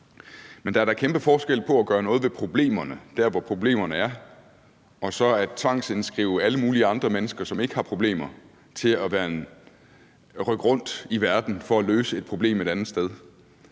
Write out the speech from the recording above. Men der er da kæmpe forskel på at gøre noget ved problemerne der, hvor problemerne er, og så at tvinge alle mulige andre mennesker, som ikke har de problemer, til at rykke rundt i verden for at løse et problem et andet sted.